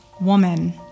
woman